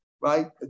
right